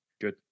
good